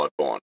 Bloodborne